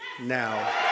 now